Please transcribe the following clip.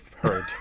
heard